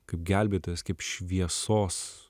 kaip gelbėtojas kaip šviesos